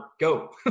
Go